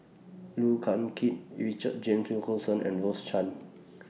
Look Yan Kit Richard James Wilkinson and Rose Chan